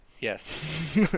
yes